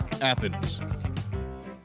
Athens